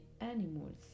animals